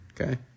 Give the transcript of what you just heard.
Okay